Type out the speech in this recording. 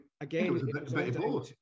again